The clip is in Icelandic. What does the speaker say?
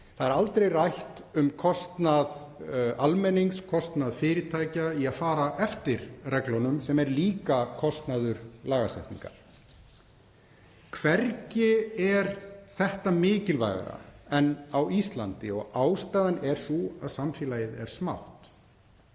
Það er aldrei rætt um kostnað almennings, kostnað fyrirtækja við að fara eftir reglunum, sem er líka kostnaður lagasetningar. Hvergi er þetta mikilvægara en á Íslandi. Ástæðan er sú að samfélagið er smátt.